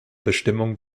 bestimmung